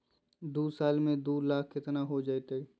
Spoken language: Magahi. दू साल में दू लाख केतना हो जयते?